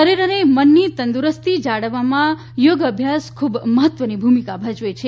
શરીર અને મનની તંદુરસ્તી જાળવવામાં યોગાભ્યાસ ખૂબ મહત્વની ભૂમિકા ભજવે છે